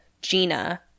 Gina